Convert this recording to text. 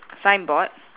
signboard